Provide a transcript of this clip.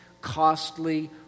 costly